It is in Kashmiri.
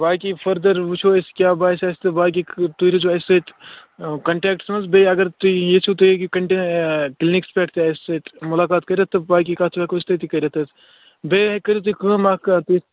باقٕے فٔردَر وُچھو أسۍ کیٛاہ باسہِ اَسہِ تہٕ باقٕے تُہۍ روزیو اَسہِ سۭتۍ کَنٹٮ۪کٹَس منٛز بیٚیہِ اَگر تُہۍ ییٚژھِو تُہۍ ہیٚکِو کنٹیکٹ کِلنِکَس پٮ۪ٹھ تہِ اَسہِ سۭتۍ مُلاقات کٔرِتھ تہٕ باقٕے کَتھ ہٮ۪کو أسۍ تٔتی کٔرِتھ حظ بیٚیہِ ہیٚکہِ کٔرِو تُہۍ کٲم اَکھ کتھ